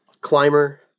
Climber